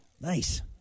Nice